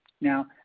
Now